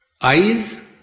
Eyes